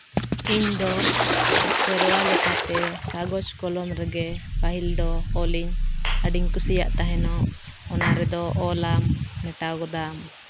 ᱤᱧ ᱫᱚ ᱥᱮᱨᱣᱟ ᱞᱮᱠᱟᱛᱮ ᱠᱟᱜᱚᱡᱽ ᱠᱚᱞᱚᱢ ᱨᱮᱜᱮ ᱯᱟᱹᱦᱤᱞ ᱫᱚ ᱚᱞᱤᱧ ᱟᱹᱰᱤᱧ ᱠᱩᱥᱤᱭᱟᱜ ᱛᱟᱦᱮᱱᱚᱜ ᱚᱱᱟ ᱨᱮᱫᱚ ᱚᱞᱟᱢ ᱢᱮᱴᱟᱣ ᱜᱚᱫᱟᱢ